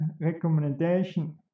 recommendation